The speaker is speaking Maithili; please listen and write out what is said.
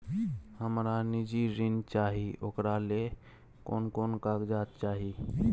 हमरा निजी ऋण चाही ओकरा ले कोन कोन कागजात चाही?